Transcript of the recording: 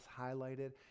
highlighted